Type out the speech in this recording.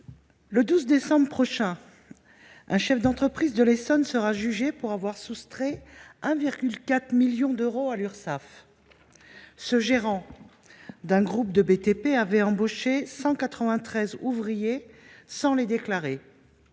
Le 12 décembre prochain, un chef d’entreprise de l’Essonne sera jugé pour avoir soustrait 1,4 million d’euros à l’Urssaf. Ce gérant d’un groupe de BTP avait embauché 193 ouvriers sans les déclarer.